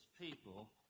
people